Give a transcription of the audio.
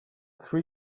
three